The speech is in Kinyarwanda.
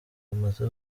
bamaze